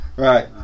Right